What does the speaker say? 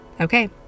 Okay